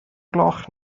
gloch